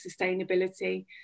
sustainability